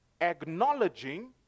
acknowledging